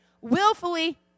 willfully